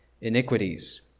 iniquities